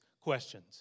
questions